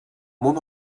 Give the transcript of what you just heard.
mon